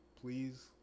please